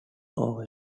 over